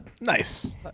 Nice